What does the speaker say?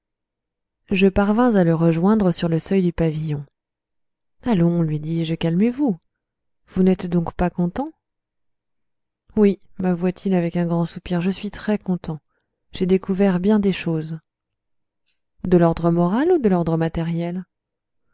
je parvins à le rejoindre sur le seuil du pavillon allons lui dis-je calmez-vous vous n'êtes donc pas content oui mavoua t il avec un grand soupir je suis très content j'ai découvert bien des choses de l'ordre moral ou de l'ordre matériel